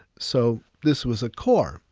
so this was a core.